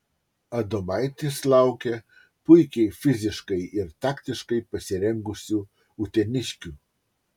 adomaitis laukia puikiai fiziškai ir taktiškai pasirengusių uteniškių